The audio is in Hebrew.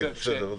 בסדר.